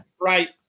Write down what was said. Right